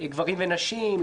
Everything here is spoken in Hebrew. גברים ונשים,